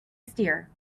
steer